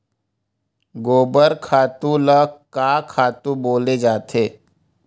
गोबर खातु ल का खातु बोले जाथे?